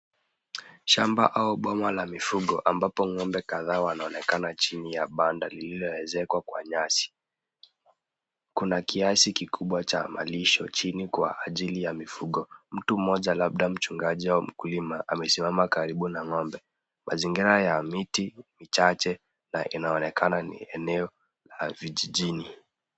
Shamba au boma la mifugo ambapo ng'ombe kadhaa wanaonekana chini ya banda lililoezekwa kwa nyasi. Kuna kiasi kikubwa cha malisho chini kwa ajili ya mifugo. Mtu mmoja labda mchungaji au mkulima amesimama karibu na ng'ombe. Mazingira ya miti michache na inaonekana ni eneo la vijijini.